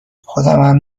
خودمم